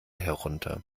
herunter